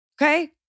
Okay